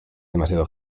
demasiado